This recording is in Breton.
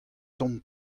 tamm